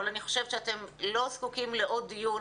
אבל אני חושבת שאתם לא זקוקים לעוד דיון.